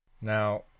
now